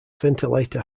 ventilator